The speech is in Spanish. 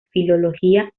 filología